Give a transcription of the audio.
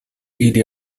ili